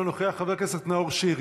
אדוני היושב-ראש,